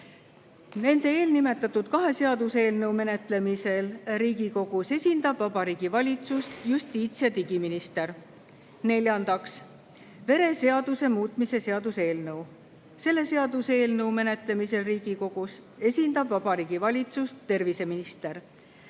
eelnõu. Eelnimetatud kahe seaduseelnõu menetlemisel Riigikogus esindab Vabariigi Valitsust justiits- ja digiminister. Neljandaks, vereseaduse muutmise seaduse eelnõu. Selle seaduseelnõu menetlemisel Riigikogus esindab Vabariigi Valitsust terviseminister. Ja